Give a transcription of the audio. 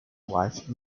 wife